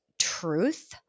truth